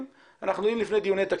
הזה.